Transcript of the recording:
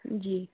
جی